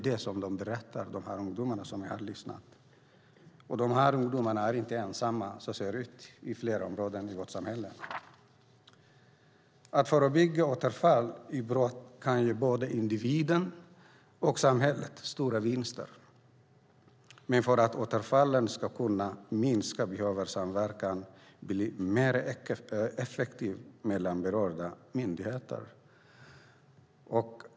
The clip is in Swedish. Det berättade dessa ungdomar. De är inte ensamma. Så ser det ut på flera områden i vårt samhälle. Att förebygga återfall i brott kan ge både individen och samhället stora vinster, men för att återfallen ska kunna minska behöver samverkan bli mer effektiv mellan berörda myndigheter.